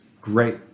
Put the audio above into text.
great